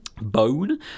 Bone